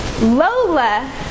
Lola